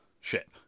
ship